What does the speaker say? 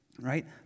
Right